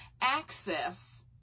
access